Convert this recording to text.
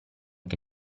che